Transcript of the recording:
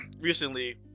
recently